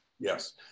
Yes